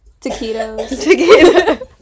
Taquitos